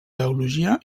teologia